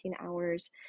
hours